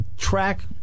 track